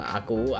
aku